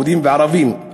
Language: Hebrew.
יהודים וערבים,